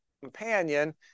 companion